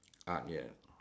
ah ya